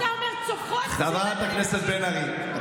חברת הכנסת בן ארי.